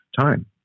time